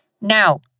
Now